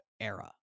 era